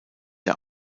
der